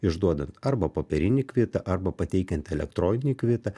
išduodant arba popierinį kvitą arba pateikiant elektroninį kvitą